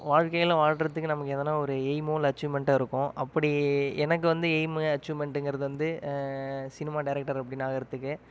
வாழ்க்கையில் வாழ்கிறதுக்கு நம்மளுக்கு எதனால் ஒரு எய்மோ இல்லை அச்சீவ்மெண்ட்டோ இருக்கும் அப்படி எனக்கு வந்து எய்ம் அச்சீவ்மெண்ட்ங்கிறது வந்து சினிமா டைரக்டர் அப்படின்னு ஆகிறதுக்கு